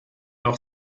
auch